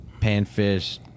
panfish